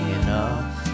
enough